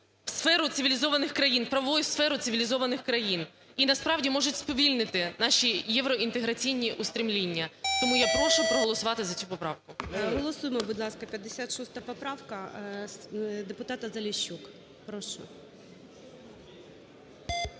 сферу цивілізованих країн, правову сферу цивілізованих країн, і насправді, можуть сповільнити наші євроінтеграційні устремління. Тому я прошу проголосувати за цю поправку. ГОЛОВУЮЧИЙ. Голосуємо, будь ласка, 56 поправка депутата Заліщук. Прошу.